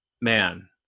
man